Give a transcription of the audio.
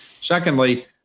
Secondly